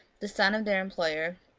the son of their employer,